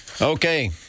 okay